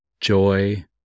joy